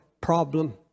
problem